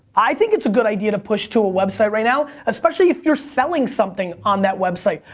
i think it's a good idea to push to a website right now, especially if you're selling something on that website.